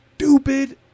stupid